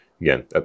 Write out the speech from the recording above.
again